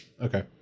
Okay